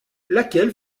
laquelle